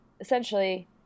essentially